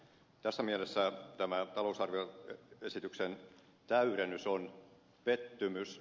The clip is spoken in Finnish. tässä mielessä tämä talousarvioesityksen täydennys on pettymys